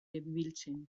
genbiltzan